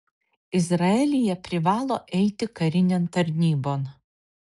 izraelyje privalo eiti karinėn tarnybon